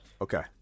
Okay